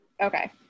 Okay